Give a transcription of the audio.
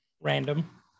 Random